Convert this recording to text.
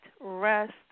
rest